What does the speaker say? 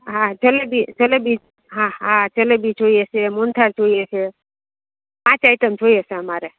હા જલેબી જલેબી હા હા જલેબી જોઈએ છે મોહનથાળ જોઈએ છે પાંચ આઈટમ જોઈએ છે અમારે